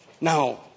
Now